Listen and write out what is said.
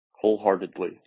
wholeheartedly